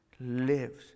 lives